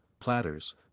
platters